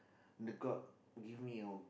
the god give me a